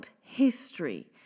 history